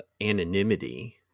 anonymity